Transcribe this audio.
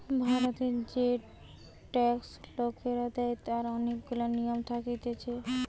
ভারতের যে ট্যাক্স লোকরা দেয় তার অনেক গুলা নিয়ম থাকতিছে